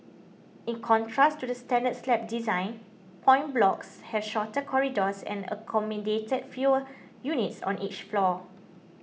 in contrast to the standard slab design point blocks had shorter corridors and accommodated fewer units on each floor